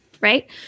right